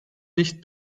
nicht